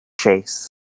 Chase